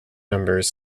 numbers